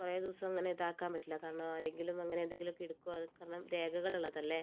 കുറെ ദിവസം അങ്ങനെയിതാക്കാൻ പറ്റില്ല കാരണം ആരെങ്കിലും അങ്ങനെ എന്തെങ്കിലുമൊക്കെ എടുക്കുവാ കാരണം രേഖകളുള്ളതല്ലേ